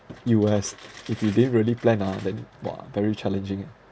U_S if you didn't really plan ah then !wah! very challenging eh